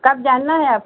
कब जाना है आपको